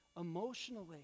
emotionally